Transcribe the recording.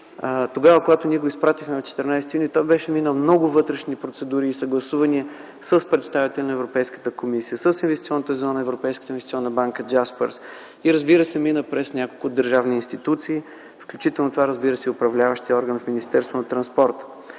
подхода. Когато ние го изпратихме, той беше минал много вътрешни процедури и съгласувания с представители на Европейската комисия, с инвестиционната зона, Европейската инвестиционна банка, „Джаспърс”, мина и през няколко държавни институции, включително и през управляващия орган – Министерството на транспорта,